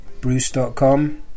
bruce.com